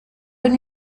been